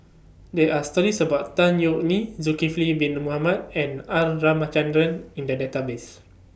There Are stories about Tan Yeok Nee Zulkifli Bin Mohamed and R Ramachandran in The Database